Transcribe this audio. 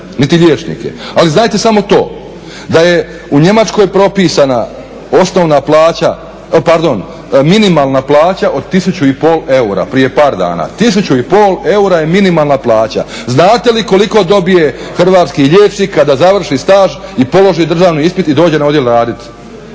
niti liječnike. Ali znajte samo to da je u Njemačkoj propisana osnovna plaća, pardon minimalna plaća od 1500 eura prije par dan, 1500 eura je minimalna plaća. Znate li koliko dobije hrvatski liječnik kada završi staž i položi državni ispit i dođe na odjel raditi,